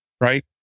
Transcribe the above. right